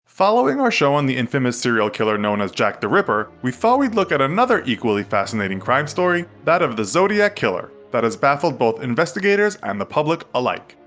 following our show on the infamous serial killer known as jack the ripper, we thought we'd look at another equally fascinating crime story, that of the zodiac killer, that has baffled both investigators and the public alike.